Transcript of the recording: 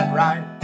right